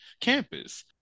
campus